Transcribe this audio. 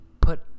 put